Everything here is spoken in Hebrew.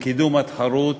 לקידום התחרות